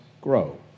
grow